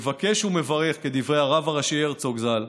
אני מבקש ומברך, כדברי הרב הראשי הרצוג ז"ל,